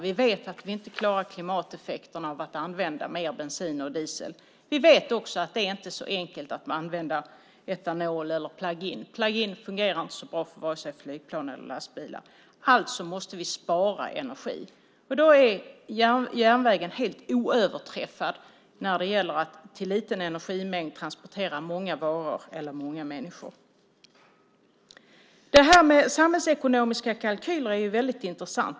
Vi vet att vi klimatmässigt inte klarar effekterna av att använda mer bensin och diesel. Vi vet också att det inte är så enkelt att använda etanol eller plug in . Plug in fungerar inte så bra för vare sig flygplan eller lastbilar. Vi måste alltså spara energi. Då är järnvägen helt oöverträffad när det gäller att med en liten energimängd transportera många varor eller många människor. Det här med samhällsekonomiska kalkyler är väldigt intressant.